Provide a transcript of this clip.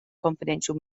confidential